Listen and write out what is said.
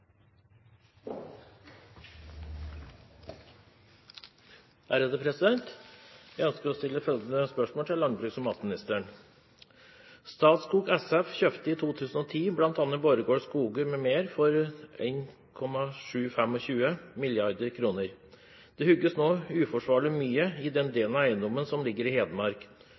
SF kjøpte i 2010 bl.a. Borregaard Skoger m.m. for 1,725 mrd. kr. Det hugges nå uforsvarlig mye i den delen av eiendommen som ligger i Hedmark.